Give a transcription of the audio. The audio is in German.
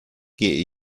gehe